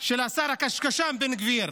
של השר הקשקשן בן גביר.